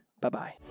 Bye-bye